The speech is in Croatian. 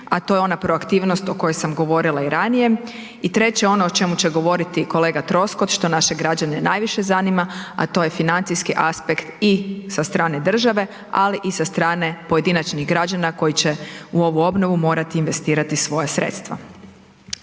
a to je ona proaktivnost o kojoj sam govorila i ranije. I treće ono o čemu će govoriti kolega Troskot što naše građane najviše zanima, a to je financijski aspekt i sa strane države, ali i sa strane pojedinačnih građana koji će u ovu obnovu morati investirati svoja sredstva.